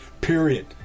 period